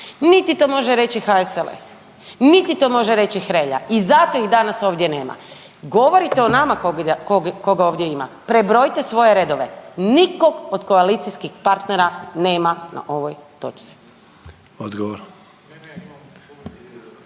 niti to može reći HSLS, niti to može reći Hrelja i zato ih danas ovdje nema. Govorite nama koga ovdje ima, prebrojite svoje redove, nikog od koalicijskih partnera nema na ovoj točci.